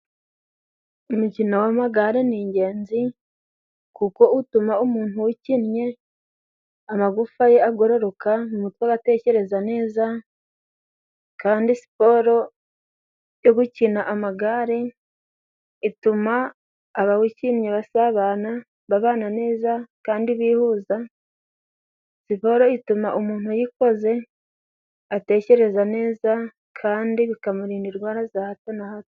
Umukino w'amagare ni ingenzi kuko utuma umuntu uwukinnye, amagufa ye agororoka, mu mutwe agatekereza neza kandi siporo yo gukina amagare ituma abawukinnye basabana, babana neza kandi bihuza, sipora ituma umuntu uyikoze, atekereza neza kandi bikamurinda indwara za hato na hato.